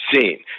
seen